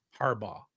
Harbaugh